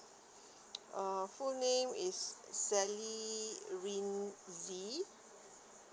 uh full name is sally rinvi